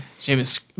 James